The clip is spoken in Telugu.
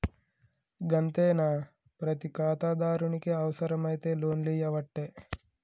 గంతేనా, ప్రతి ఖాతాదారునికి అవుసరమైతే లోన్లియ్యవట్టే